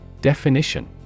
Definition